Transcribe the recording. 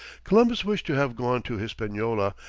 columbus wished to have gone to hispaniola,